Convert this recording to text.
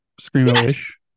Screamo-ish